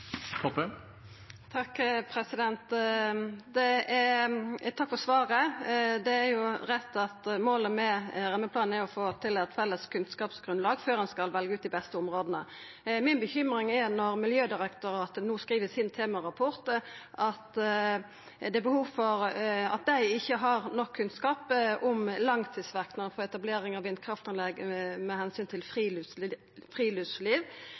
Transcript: Takk for svaret. Det er rett at målet med rammeplanen er å få eit felles kunnskapsgrunnlag før ein skal velja ut dei beste områda. Mi bekymring er at Miljødirektoratet i temarapporten sin skriv at dei ikkje har nok kunnskap om langtidsverknadene for etablering av vindkraftanlegg med omsyn til friluftsliv.